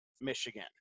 Michigan